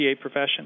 profession